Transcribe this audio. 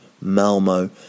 Malmo